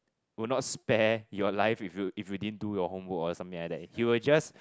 will not spare your life if you if you didn't do your homework or something like that he will just